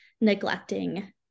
neglecting